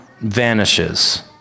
vanishes